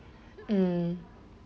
mm